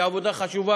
רשת "אורט"